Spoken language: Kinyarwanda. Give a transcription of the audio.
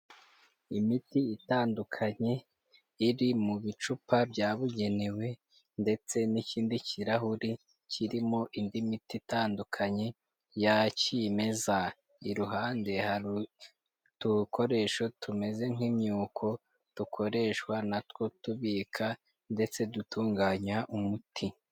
Imiti itandukanye iri mu bicupa byabugenewe ndetse n'ikindi kirahuri kirimo indi miti itandukanye ya kimeza iruhande hari utukoresho tumeze nk'imyuko dukoreshwa natwo tubika ndetse dutunganya umuti.